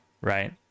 right